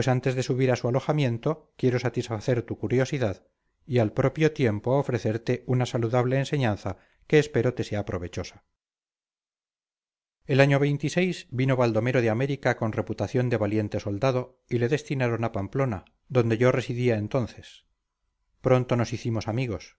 antes de subir a su alojamiento quiero satisfacer tu curiosidad y al propio tiempo ofrecerte una saludable enseñanza que espero te sea provechosa el año vino baldomero de américa con reputación de valiente soldado y le destinaron a pamplona donde yo residía entonces pronto nos hicimos amigos